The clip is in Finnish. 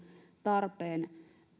tarpeen minusta